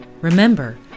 Remember